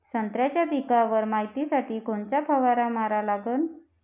संत्र्याच्या पिकावर मायतीसाठी कोनचा फवारा मारा लागन?